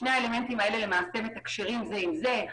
שני האלמנטים האלה מתקשרים זה עם זה.